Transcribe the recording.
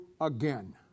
again